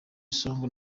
songz